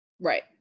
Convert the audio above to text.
Right